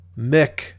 Mick